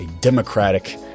democratic